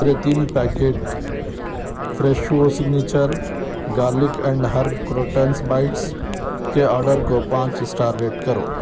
میرے تین packet Fresho signature garlic and herb croutons bites کے آرڈر کو پانچ اسٹار ریٹ کرو